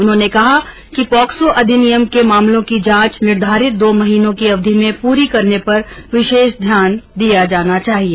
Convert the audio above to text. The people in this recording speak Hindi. उन्होंने कहा कि पॉक्सो अधिनियम के मामलों की जांच निर्धारित दो महीनो की अवधि में पूरी करने पर विशेष ध्यान दिया जाना चाहिए